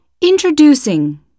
Introducing